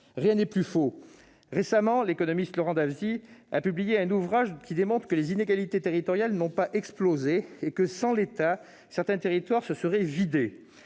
rien n'est plus faux ! Récemment, l'économiste Laurent Davezies a publié un ouvrage qui démontre que les inégalités territoriales n'ont pas explosé et que, sans l'État, certains territoires se seraient vidés.